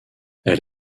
elle